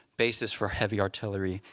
bases for heavy artillery,